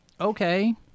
Okay